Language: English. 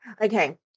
Okay